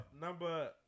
Number